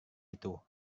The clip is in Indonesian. itu